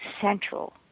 central